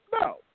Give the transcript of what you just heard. No